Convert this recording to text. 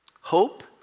Hope